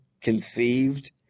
conceived